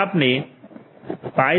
આપણે Python pox